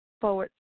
forward